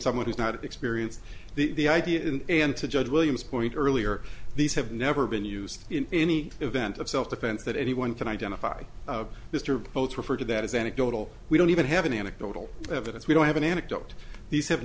someone who's not experienced the idea and to judge williams point earlier these have never been used in any event of self defense that anyone can identify mr posts refer to that is anecdotal we don't even have an anecdotal evidence we don't have an anecdote these have